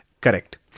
Correct